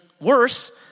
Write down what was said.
worse